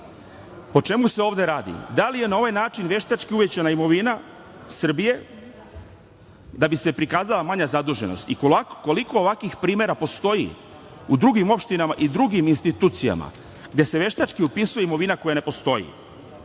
O čemu se ovde radi? Da li je na ovaj način veštački uvećana imovina Srbije da bi se prikazala manja zaduženost? I, koliko ovakvih primera postoji u drugim opštinama i drugim institucijama gde se veštački upisuje imovina koja ne postoji?